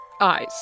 eyes